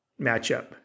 matchup